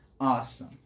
awesome